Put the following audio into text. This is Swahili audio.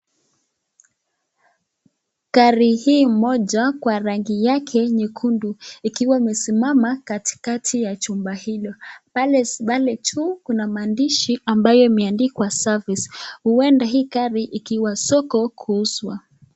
Gari hii mmoja kwa rangi yake nyekundu ikiwa imesimama katikati ya jumba hilo pale juu kuna maandishi ambayo imeandikwa service huenda hii gari ikiwa soko kuuzwa.